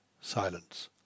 silence